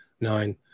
Nine